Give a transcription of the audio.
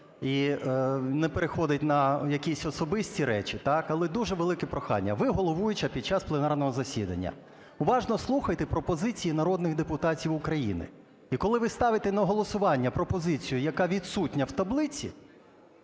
і не переходить на якісь особисті речі, але дуже велике прохання: ви головуюча під час пленарного засідання, уважно слухайте пропозиції народних депутатів України. І коли ви ставите на голосування пропозицію, яка відсутня в таблиці…